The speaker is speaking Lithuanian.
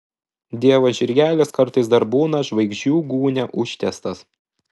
dievo žirgelis kartais dar būna žvaigždžių gūnia užtiestas